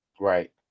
Right